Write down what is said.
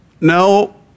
No